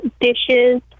dishes